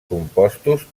compostos